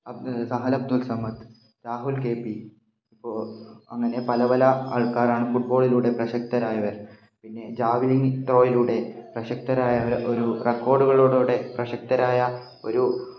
Abdul Sahal Abdul Samad Rahul K P ഇപ്പോൾ അങ്ങനെ പല പല ആൾക്കാരാണ് ഫൂട്ബോളിലൂടെ പ്രശസ്തരായവർ പിന്നെ ജാവലിൻ ത്രോയിലൂടെ പ്രശസ്തരായ ഒരു റിക്കോർഡുകളോടെ പ്രശസ്തരായ ഒരു